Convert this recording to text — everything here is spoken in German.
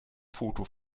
foto